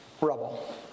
rubble